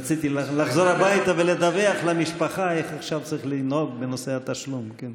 רציתי לחזור הביתה ולדווח למשפחה איך צריך לנהוג בנושא התשלום עכשיו.